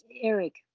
Eric